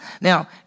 Now